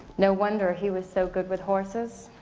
no wonder he was so good with horses,